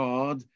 God